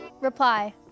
Reply